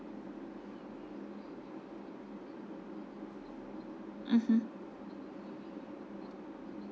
mmhmm